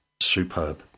superb